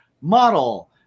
model